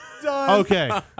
Okay